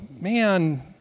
man